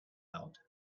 out